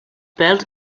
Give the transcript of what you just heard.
pèls